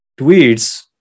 tweets